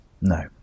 No